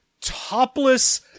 topless